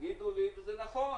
יגידו לי שזה נכון,